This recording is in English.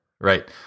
right